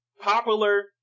popular